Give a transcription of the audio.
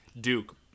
Duke